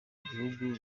igihugu